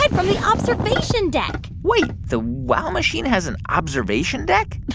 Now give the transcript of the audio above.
but from the observation deck wait, the wow machine has an observation deck?